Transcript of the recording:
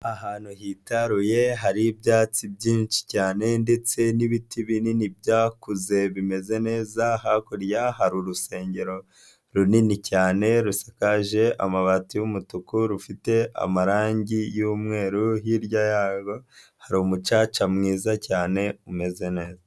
Ahantu hitaruye hari ibyatsi byinshi cyane ndetse n'ibiti binini byakuze bimeze neza hakurya hari urusengero runini cyane rusakaje amabati y'umutuku rufite amarangi y'umweru, hirya yarwo hari umucaca mwiza cyane umeze neza.